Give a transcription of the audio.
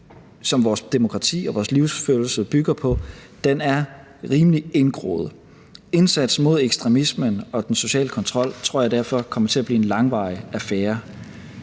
som vores demokrati og vores livsførelse bygger på, er rimelig indgroet. Indsatsen mod ekstremismen og den sociale kontrol tror jeg derfor kommer til at blive en langvarig affære.